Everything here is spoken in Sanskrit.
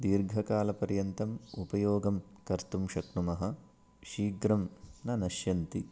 दीर्घकालपर्यन्तम् उपयोगं कर्तुं शक्नुमः शीघ्रं न नश्यन्ति